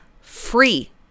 free